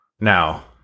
Now